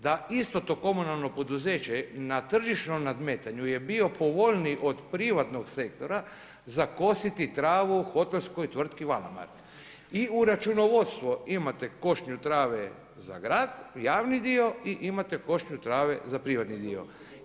Da isto to komunalno poduzeće, na tržišnom nadmetanju je bio povoljniji od privatnog sektora, za kositi travu u hotelskoj tvrtki u … i u računovodstvo imate košnju trave za grad, javni dio i imate košnju trave za privatni dio.